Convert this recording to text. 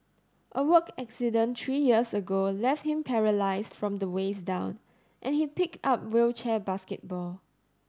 a work accident three years ago left him paralysed from the waist down and he picked up wheelchair basketball